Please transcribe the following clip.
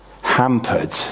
hampered